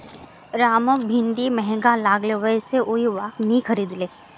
रामक भिंडी महंगा लागले वै स उइ वहाक नी खरीदले